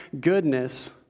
goodness